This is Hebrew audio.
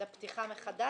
לפתיחה מחדש?